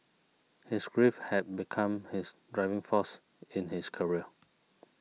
his grief had become his driving force in his career